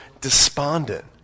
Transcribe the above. despondent